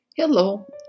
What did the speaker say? Hello